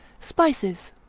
spices.